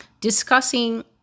discussing